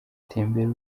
tembera